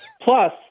Plus